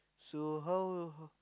so how